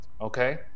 okay